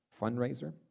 fundraiser